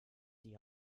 die